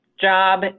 job